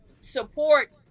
support